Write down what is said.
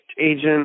agent